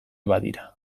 badira